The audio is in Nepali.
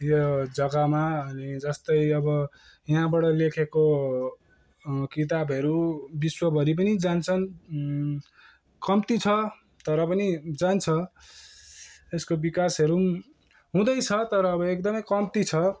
यो जग्गामा अनि जस्तै अब यहाँबाट लेखेको किताबहरू विश्वभरि पनि जान्छन् कम्ति छ तरपनि जान्छ यसको बिकासहरू पनि हुँदैछ तर अब एकदमै कम्ति छ